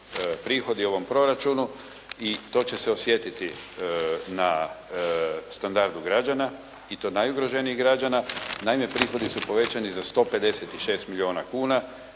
prihodi u ovom proračunu i to će se osjetiti na standardu građana i to najugroženijih građana. Naime, prihodi su povećani za 156 milijuna kuna.